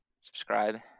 Subscribe